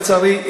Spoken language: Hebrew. לצערי,